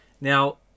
Now